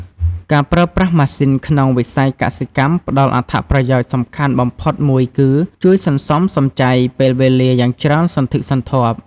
ការប្រើប្រាស់ម៉ាស៊ីនក្នុងវិស័យកសិកម្មផ្ដល់អត្ថប្រយោជន៍សំខាន់បំផុតមួយគឺ ជួយសន្សំសំចៃពេលវេលាយ៉ាងច្រើនសន្ធឹកសន្ធាប់។